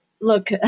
look